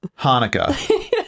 Hanukkah